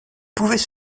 pouvaient